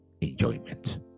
enjoyment